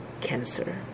cancer